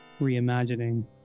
reimagining